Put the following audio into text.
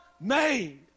made